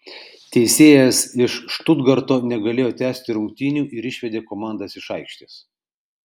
teisėjas iš štutgarto negalėjo tęsti rungtynių ir išvedė komandas iš aikštės